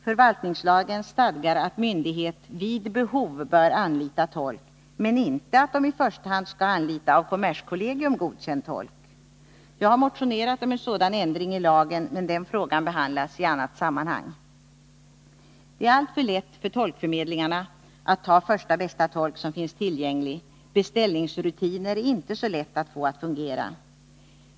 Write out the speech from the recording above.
Förvaltningslagen stadgar att myndighet vid behov bör anlita tolk men inte att den i första hand skall anlita av kommerskollegium godkänd tolk — jag har motionerat om en sådan ändring i lagen, men den frågan behandlas i annat sammanhang. Det är alltför lätt för tolkförmedlingarna att ta första bästa tolk som finns tillgänglig — beställningsrutiner är det inte så lätt att få att fungera.